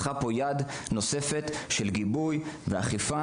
לכן צריך פה יד נוספת של גיבוי ואכיפה